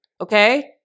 okay